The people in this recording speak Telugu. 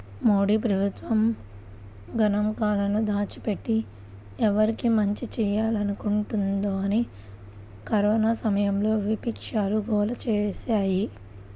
మోదీ ప్రభుత్వం గణాంకాలను దాచిపెట్టి, ఎవరికి మంచి చేయాలనుకుంటోందని కరోనా సమయంలో విపక్షాలు గోల చేశాయి